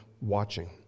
watching